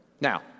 Now